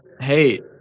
hey